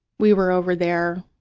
we were over there.